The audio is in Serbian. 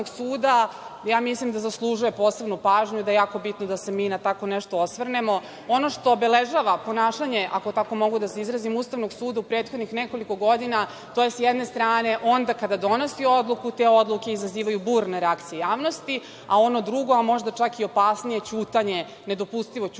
suda mislim zaslužuje posebnu pažnju i da je jako bitno da se mi na tako nešto osvrnemo. Ono što obeležava ponašanje, ako tako mogu da se izrazim, Ustavnog suda u prethodnih nekoliko godina, to je, s jedne strane, onda kada donosi odluku, te odluke izazivaju burne reakcije javnosti. Drugo je, možda čak i opasnije, nedopustivo ćutanje